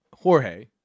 Jorge